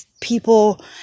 people